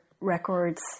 records